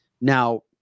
Now